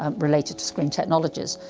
um related to screen technologies.